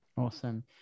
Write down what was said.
Awesome